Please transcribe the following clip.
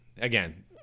again